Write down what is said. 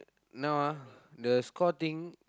now ah the score thing